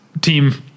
team